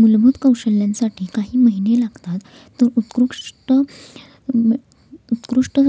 मूलभूत कौशल्यांसाठी काही महिने लागतात तर उकृष्ट उत्कृष्ट